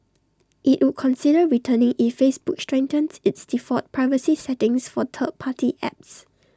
IT would consider returning if Facebook strengthens its default privacy settings for third party apps